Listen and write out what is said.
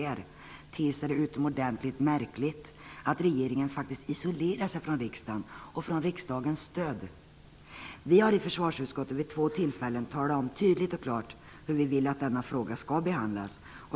Mot denna bakgrund ter det sig utomordentligt märkligt att regeringen isolerar sig från riksdagen och från riksdagens stöd. Vi har i försvarsutskottet vid två tillfällen tydligt och klart talat om hur vi vill att denna fråga skall behandlas.